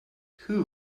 who